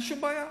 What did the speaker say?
אין שום בעיה.